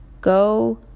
Go